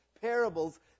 parables